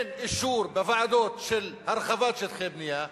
אין אישור בוועדות להרחבת שטחי בנייה,